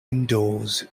indoors